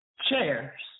chairs